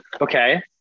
okay